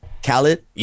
Khaled